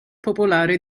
popolare